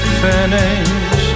finish